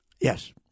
Yes